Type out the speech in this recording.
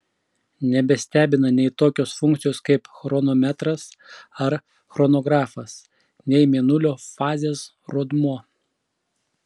nebestebina nei tokios funkcijos kaip chronometras ar chronografas nei mėnulio fazės rodmuo